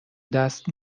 دست